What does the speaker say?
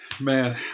man